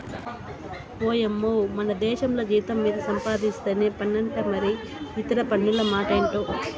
ఓయమ్మో మనదేశంల జీతం మీద సంపాధిస్తేనే పన్నంట మరి ఇతర పన్నుల మాటెంటో